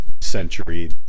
century